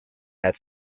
had